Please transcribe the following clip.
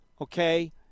okay